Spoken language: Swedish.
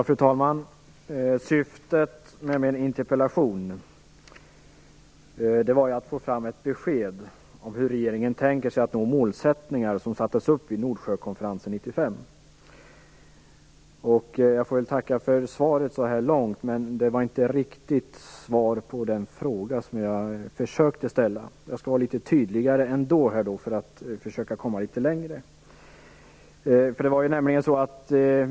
Fru talman! Syftet med min interpellation var att få fram ett besked om hur regeringen tänker nå de mål som sattes upp vid Nordsjökonferensen 1995. Jag får tacka för svaret, men jag fick inte riktigt svar på den fråga som jag försökte ställa. Jag skall vara litet tydligare nu för att försöka komma litet längre.